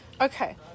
Okay